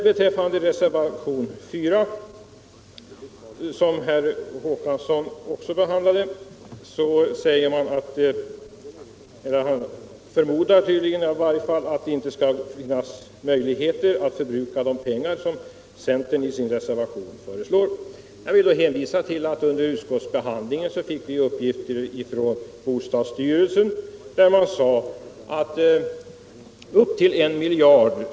Beträffande reservationen 4, som herr Håkansson också behandlade, förmodar han att det inte finns möjligheter att förbruka de pengar som centern föreslår i sin motion. Jag vill då hänvisa till att under utskottsbehandlingen fick vi uppgift från bostadsstyrelsen där man sade att upp till I miljard kr.